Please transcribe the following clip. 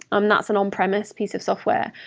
um that's an on-premise piece of software.